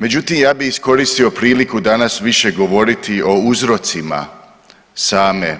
Međutim, ja bih iskoristio priliku danas više govoriti o uzrocima same